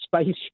Space